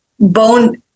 bone